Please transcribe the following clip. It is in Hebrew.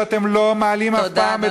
שאתם לא מעלים אף פעם,